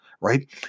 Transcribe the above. right